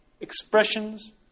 expressions